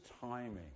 timing